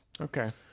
Okay